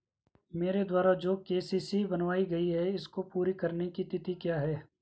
मेरे द्वारा जो के.सी.सी बनवायी गयी है इसको पूरी करने की तिथि क्या है?